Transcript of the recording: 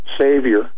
Savior